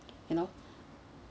you know